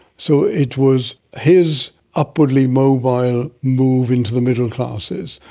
so it was his upwardly mobile move into the middle classes,